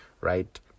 right